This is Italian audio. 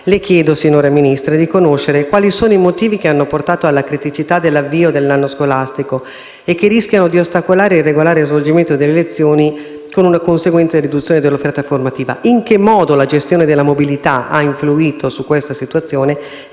le chiedo, signora Ministra, di conoscere quali sono i motivi che hanno portato alla criticità dell'avvio dell'anno scolastico e che rischiano di ostacolare il regolare svolgimento delle lezioni con una conseguente riduzione dell'offerta formativa. Le chiedo altresì di sapere in che modo la gestione della mobilità ha influito su questa situazione